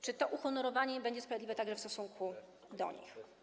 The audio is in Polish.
Czy to uhonorowanie będzie sprawiedliwe także w stosunku do nich?